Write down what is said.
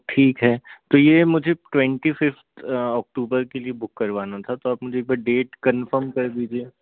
ठीक है तो ये मुझे ट्वेंटी फ़िफ़्थ अक्टूबर के लिए बुक करवाना था तो आप मुझे एक बार डेट कंफ़र्म कर दीजिए